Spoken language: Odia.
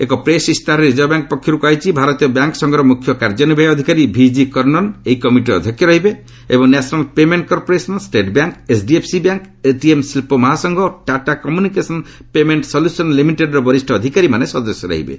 ଏକ ପ୍ରେସ୍ ଇସ୍ତାହାରରେ ରିଜର୍ଭ ବ୍ୟାଙ୍କ୍ ପକ୍ଷରୁ କୁହାଯାଇଛି ଭାରତୀୟ ବ୍ୟାଙ୍ଗ୍ ସଂଘର ମ୍ରଖ୍ୟ କାର୍ଯ୍ୟନିର୍ବାହୀ ଅଧିକାରୀ ଭିଜି କନ୍ନନ୍ ଏହି କମିଟିର ଅଧ୍ୟକ୍ଷ ରହିବେ ଏବଂ national payment corporation state bank HDFC bank ATM ଶିଳ୍ପ ମହାସଂଘ ଓ ଟାଟା କମ୍ୟୁନିକେସନ୍ ପେମେଣ୍ଟ ସଲ୍ୟୁସନ୍ ଲିମିଟେଡ୍ର ବରିଷ୍ଣ ଅଧିକାରୀମାନେ ସଦସ୍ୟ ରହିବେ